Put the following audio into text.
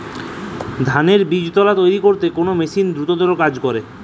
ধানের বীজতলা তৈরি করতে কোন মেশিন দ্রুততর কাজ করে?